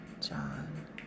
John